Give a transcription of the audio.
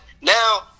Now